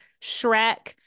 Shrek